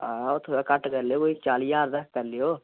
हां होर थोह्ड़ा घट्ट करी लैओ कोई चाली ज्हार तक करी लैओ